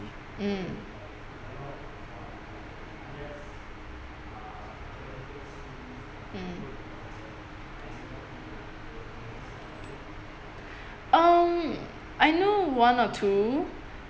mm um I know one or two